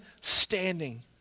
standing